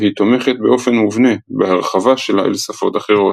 והיא תומכת באופן מובנה בהרחבה שלה אל שפות אחרות.